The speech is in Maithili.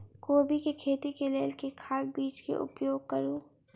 कोबी केँ खेती केँ लेल केँ खाद, बीज केँ प्रयोग करू?